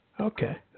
Okay